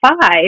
five